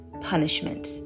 punishment